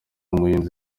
umuhinzi